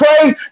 pray